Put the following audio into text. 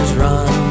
run